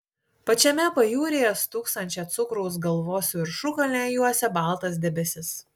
pačiame pajūryje stūksančią cukraus galvos viršukalnę juosia baltas debesis